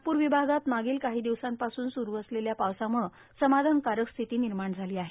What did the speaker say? नागपूर विभागात मागील काही दिवसापासून सुरू असलेल्या पावसामूळे समाधानकारक स्थिती निर्माण झाली आहे